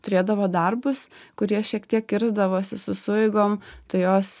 turėdavo darbus kurie šiek tiek kirsdavosi su sueigom tai jos